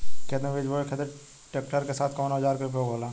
खेत में बीज बोए खातिर ट्रैक्टर के साथ कउना औजार क उपयोग होला?